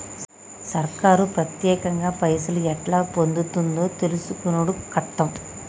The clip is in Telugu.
సర్కారు పత్యేకంగా పైసలు ఎట్లా పొందుతుందో తెలుసుకునుడు కట్టం